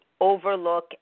overlook